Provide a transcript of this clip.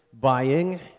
buying